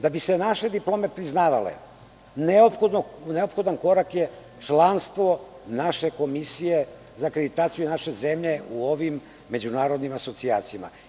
Da bi se naše diplome priznavale, neophodan korak je članstvo naše Komisije za akreditaciju i naše zemlje u ovim međunarodnim asocijacijama.